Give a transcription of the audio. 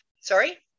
Sorry